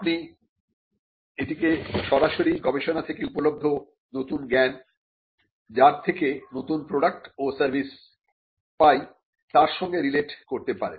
আপনি এটিকে সরাসরি গবেষণা থেকে উপলব্ধ নতুন জ্ঞান যার থেকে নতুন প্রোডাক্ট ও সার্ভিস পাই তার সঙ্গে রিলেট করতে পারেন